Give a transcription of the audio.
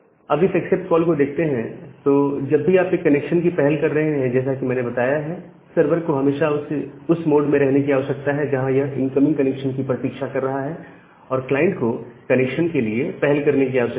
अब इस accept call को देखते हैं तो जब भी आप एक कनेक्शन की पहल कर रहे हैं जैसा कि मैंने बताया है सर्वर को हमेशा उस मोड में रहने की आवश्यकता होती है जहां यह इनकमिंग कनेक्शन की प्रतीक्षा कर रहा है और क्लाइंट को कनेक्शन के लिए पहल करने की आवश्यकता है